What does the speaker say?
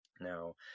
Now